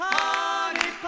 Honey